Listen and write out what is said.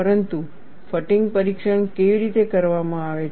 પરંતુ ફટીગ પરીક્ષણ કેવી રીતે કરવામાં આવે છે